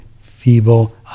feeble